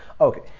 okay